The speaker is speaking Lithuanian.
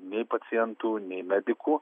nei pacientų nei medikų